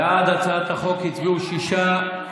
בעד הצעת החוק הצביעו שישה,